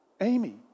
Amy